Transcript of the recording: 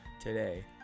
today